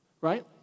right